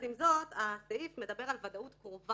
עם זאת, הסעיף מדבר על ודאות קרובה.